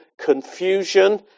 confusion